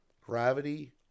gravity